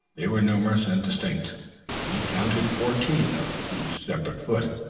they were numerous and distinct he counted fourteen of each separate foot.